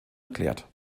erklärt